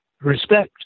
Respect